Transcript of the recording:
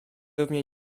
równie